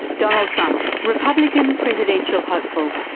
donald trump, republican presidential hopeful,